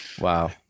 Wow